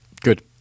Good